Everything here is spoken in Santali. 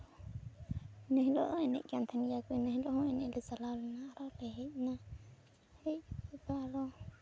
ᱤᱱᱟᱹ ᱦᱤᱞᱳᱜ ᱦᱚᱸ ᱮᱱᱮᱡ ᱠᱟᱱ ᱛᱟᱦᱮᱱ ᱜᱮᱭᱟ ᱠᱚ ᱤᱱᱟᱹ ᱦᱤᱞᱳᱜ ᱦᱚᱸ ᱮᱱᱮᱡ ᱞᱮ ᱪᱟᱞᱟᱣ ᱞᱮᱱᱟ ᱟᱨᱚ ᱞᱮ ᱦᱮᱡ ᱮᱱᱟ ᱦᱮᱡ ᱠᱟᱛᱮ ᱟᱨᱚ